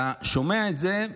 אתה שומע את זה,